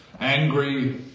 angry